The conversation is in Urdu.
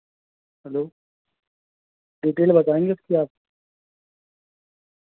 ہلو ڈیٹیل بتائیں گے اس کی آپ